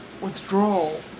withdrawal